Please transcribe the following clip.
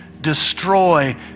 Destroy